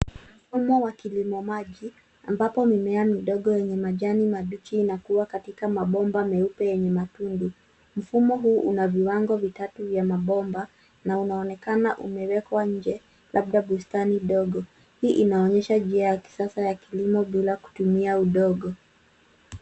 Mfumo wa kilimo maji ambapo mimea midogo yenye majani mabichi inakua katika mabomba meupe yenye matundu. Mfumo huu una viwango vitatu vya mabomba na unaonekana umewekwa nje labda bustani dogo. Hii inaonyesha njia ya kisasa ya kilimo bila kutumia udongo.